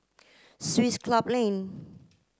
Swiss Club Lane